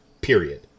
period